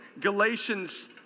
Galatians